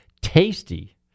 tasty